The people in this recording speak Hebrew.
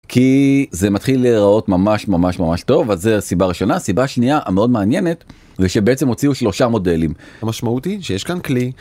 כי זה מתחיל להיראות ממש ממש ממש טוב, וזה הסיבה הראשונה. הסיבה השנייה המאוד מעניינת, זה שבעצם הוציאו שלושה מודלים. משמעותי שיש כאן כלי.